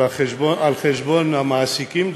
על חשבון המעסיקים,